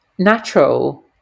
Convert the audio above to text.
natural